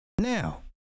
Now